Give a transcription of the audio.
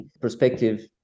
perspective